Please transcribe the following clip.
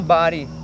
body